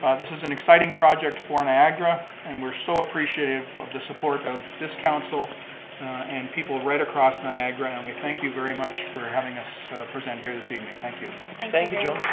ah this is an exciting project for niagara and we're so appreciative of the support of this council and people right across niagara, and we thank you very much for having us present here this evening. thank you thank you.